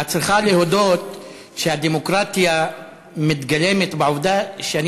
את צריכה להודות שהדמוקרטיה מתגלמת בעובדה שאני